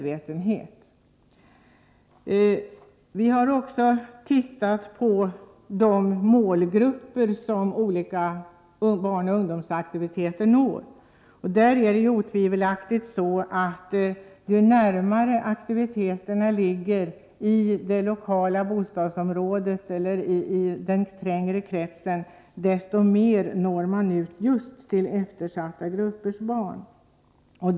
Vi har också tittat på vilka målgrupper olika barnoch ungdomsaktiviter når. Det är otvivelaktigt så att ju närmare i det lokala bostadsområdet eller i den trängre kretsen som aktiviteterna ligger, desto bättre når man ut till just eftersatta gruppers barn.